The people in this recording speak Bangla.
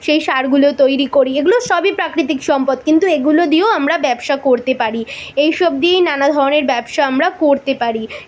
সেই সারগুলো তৈরি করি এগুলো সবই প্রাকৃতিক সম্পদ কিন্তু এগুলো দিয়েও আমরা ব্যবসা করতে পারি এই সব দিয়েই নানা ধরনের ব্যবসা আমরা করতে পারি